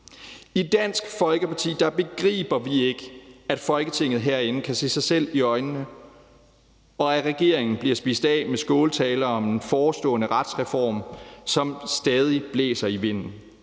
I Dansk Folkeparti begriber vi ikke, at Folketinget herinde kan se sig selv i øjnene, og at man af regeringen bliver spist af med skåltaler om en forestående retsreform, som stadig blæser i vinden.